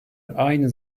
aynı